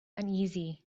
uneasy